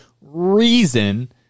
reason